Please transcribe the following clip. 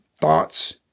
thoughts